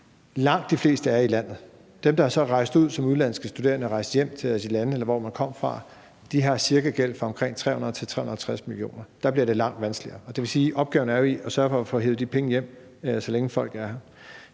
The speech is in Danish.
Langt de fleste er her i landet. De udenlandske studerende, der så er rejst ud eller er rejst hjem til de lande, de kom fra, har gæld for omkring 300-350 mio. kr. Der bliver det langt vanskeligere. Det vil sige, at opgaven er at sørge for at få hevet de penge hjem, mens folk er her.